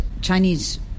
Chinese